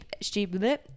Stupid